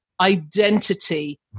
identity